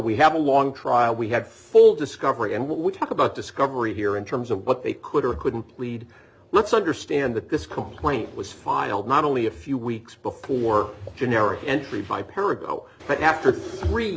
we have a long trial we have full discovery and what we talk about discovery here in terms of what they could or couldn't plead let's understand that this complaint was filed not only a few weeks before generic entry